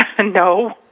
No